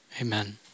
amen